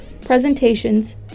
presentations